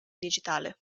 digitale